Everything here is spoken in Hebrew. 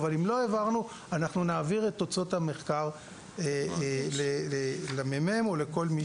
אבל אם לא העברנו אנחנו נעביר את תוצאות המחקר לממ"מ או לכל מי